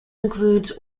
includes